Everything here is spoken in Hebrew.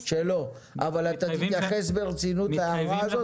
אבל אתה תתייחס ברצינות להערה הזאת.